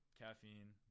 caffeine